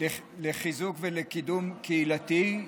לחיזוק ולקידום קהילתי,